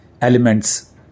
Elements